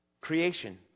creation